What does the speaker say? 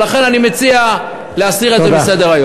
לכן אני מציע להסיר את זה מסדר-היום.